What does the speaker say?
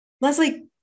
Leslie